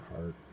heart